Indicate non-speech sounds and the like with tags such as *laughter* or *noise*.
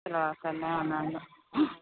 *unintelligible*